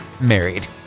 married